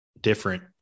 different